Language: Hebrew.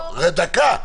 דקה.